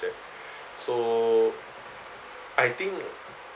share so I think